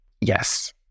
Yes